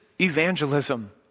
evangelism